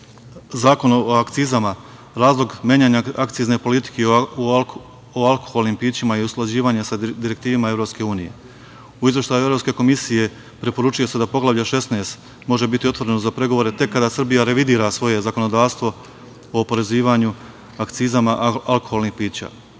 Zakon o akcizama, razlog menjanja akcizne politike o alkoholnim pićima je usklađivanje sa direktivama Evropske unije. U izveštaju Evropske komisije preporučuje se da Poglavlje 16 može biti otvoreno za pregovore tek kada Srbija revidira svoje zakonodavstvo o oporezivanju akcizama alkoholnih pića.